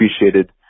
appreciated